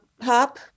Pop